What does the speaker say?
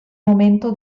momento